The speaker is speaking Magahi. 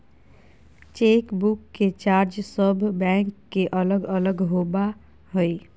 चेकबुक के चार्ज सब बैंक के अलग अलग होबा हइ